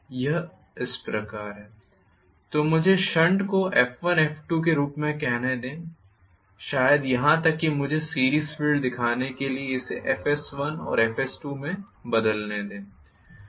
तो मुझे शंट को F1F2 के रूप में कहने दें शायद यहां तक कि मुझे सीरीस फ़ील्ड दिखाने के लिए इसे FS1 और FS2 में बदलने दें